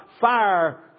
fire